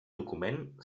document